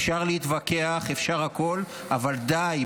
אפשר להתווכח, אפשר הכול, אבל די.